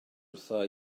wrtha